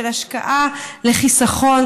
השקעה לחיסכון,